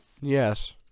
Yes